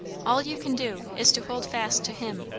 all you can do, is to hold fast to him.